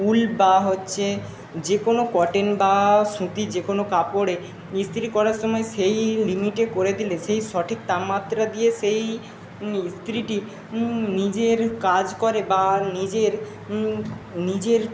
উল বা হচ্ছে যে কোনো কটন বা সুতির যে কোনো কাপড়ে ইস্ত্রি করার সময় সেই লিমিটে করে দিলে সেই সঠিক তাপমাত্রা দিয়ে সেই ইস্ত্রিটি নিজের কাজ করে বা নিজের নিজের